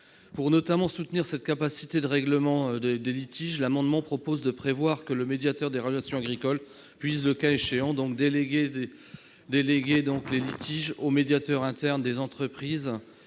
Pour soutenir cette capacité de règlement des litiges, cet amendement prévoit que le médiateur des relations commerciales agricoles puisse, le cas échéant, déléguer des litiges au médiateur interne des entreprises,